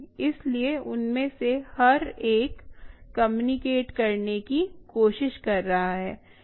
इसलिए उनमें से हर एक कम्यूनिकेट करने की कोशिश कर रहा है